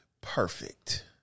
perfect